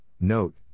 Note